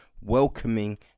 welcoming